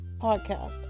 podcast